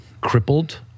crippled